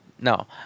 No